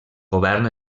govern